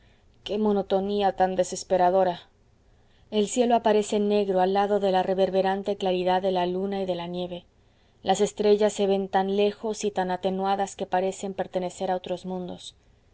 qué monotonía tan desesperadora el cielo aparece negro al lado de la reverberante claridad de la luna y de la nieve las estrellas se ven tan lejos y tan atenuadas que parecen pertenecer a otros mundos